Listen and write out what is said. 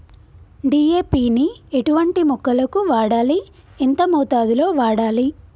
DAP ని ఎటువంటి మొక్కలకు వాడాలి? ఎంత మోతాదులో వాడాలి?